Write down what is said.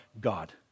God